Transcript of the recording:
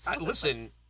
Listen